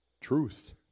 truth